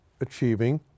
achieving